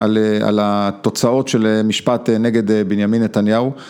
על התוצאות של משפט נגד בנימין נתניהו